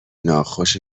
ناخوش